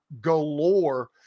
galore